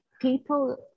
people